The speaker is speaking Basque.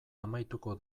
amaituko